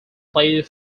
played